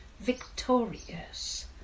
victorious